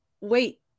wait